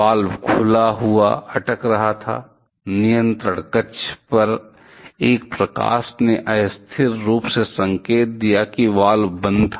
valve खुला हुआ अटक रहा था नियंत्रण कक्ष पर एक प्रकाश ने अस्थिर रूप से संकेत दिया कि वाल्व बंद था